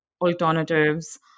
alternatives